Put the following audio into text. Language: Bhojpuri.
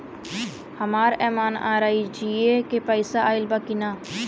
हमार एम.एन.आर.ई.जी.ए के पैसा आइल बा कि ना?